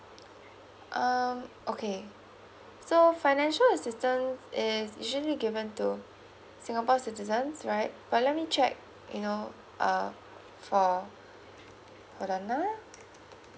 um okay so financial assistance is usually given to singapore citizens right but let me check you know uh for hold on uh